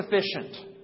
sufficient